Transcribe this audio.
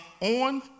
on